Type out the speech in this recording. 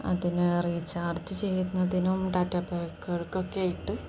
അതിന് റീചാർജ് ചെയ്യുന്നതിനും ഡാറ്റാ പാക്കുകൾക്ക് ഒക്കെയായിട്ട്